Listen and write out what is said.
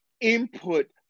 input